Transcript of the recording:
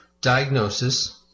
diagnosis